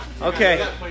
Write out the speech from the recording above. Okay